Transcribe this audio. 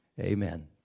Amen